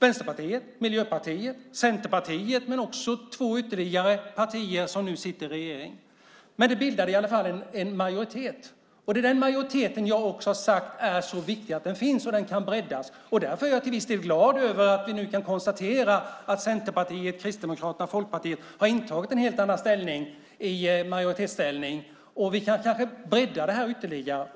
Vänsterpartiet, Miljöpartiet, Centerpartiet och två ytterligare partier som nu sitter i regeringen. Men man bildade i alla fall en majoritet. Det är denna majoritet som jag har sagt är så viktig att den finns och kan breddas. Därför är jag till viss del glad över att vi nu kan konstatera att Centerpartiet, Kristdemokraterna och Folkpartiet har intagit en helt annan ståndpunkt i majoritetsställning. Vi kan kanske bredda detta ytterligare.